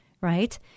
right